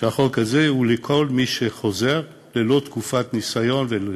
שהחוק הזה יהיה לכל מי שחוזר ללא תקופת ניסיון וכו'.